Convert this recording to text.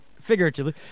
figuratively